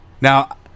Now